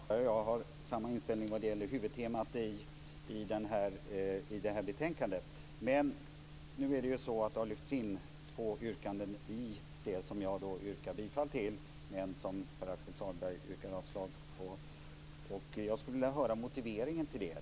Fru talman! Pär-Axel Sahlberg och jag har samma inställning vad gäller huvudtemat i betänkandet. Men nu har det lyfts in två yrkanden i det förslag som jag yrkade bifall till och som Pär-Axel Sahlberg yrkat avslag på. Jag skulle vilja höra motiveringen till det.